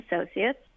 Associates